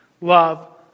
love